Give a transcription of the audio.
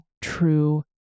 true